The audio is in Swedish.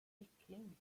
kyckling